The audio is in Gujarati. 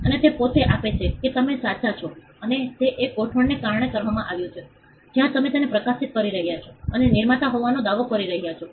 અને તે પોતે આપે છે કે તમે સાચા છો અને તે એક ગોઠવણને કારણે કરવામાં આવ્યું છે જ્યાં તમે તેને પ્રકાશિત કરી શકો અને નિર્માતા હોવાનો દાવો કરી શકો